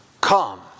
come